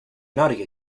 naughty